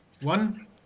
One